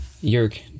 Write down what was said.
Yerk